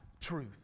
truth